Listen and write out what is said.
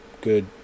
good